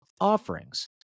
offerings